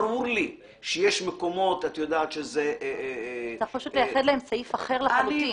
ברור לי שיש מקומות שזה --- צריך פשוט לייחד להם סעיף אחר לחלוטין.